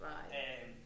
Right